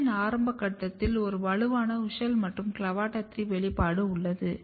பூவின் ஆரம்ப கட்டத்தில் ஒரு வலுவான WUSCHEL மற்றும் CLAVATA3 வெளிப்பாடு உள்ளது